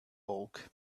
bulk